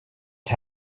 sky